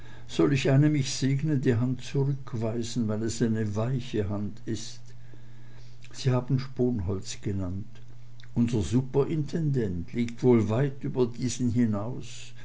soll ich eine mich segnende hand zurückweisen weil es eine weiche hand ist sie haben sponholz genannt unser superintendent liegt wohl weit über diesen hinaus